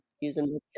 using